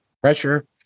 pressure